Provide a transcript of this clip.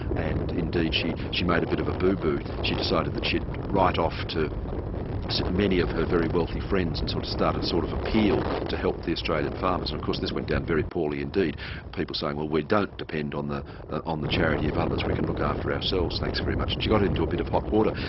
and indeed she she made a bit of a boo-boo. she decided that she'd write off to many of her very wealthy friends and sort of start a sort of appeal to help the australian farmers, and of course this went down very poorly indeed, with people saying well we don't depend on the on the charity of others, we can look after ourselves thanks very much. and she got into a bit of hot water.